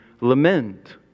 lament